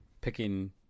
picking